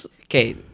Okay